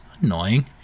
annoying